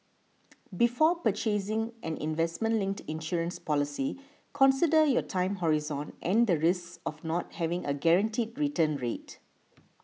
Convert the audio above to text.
before purchasing an investment linked insurance policy consider your time horizon and the risks of not having a guaranteed return rate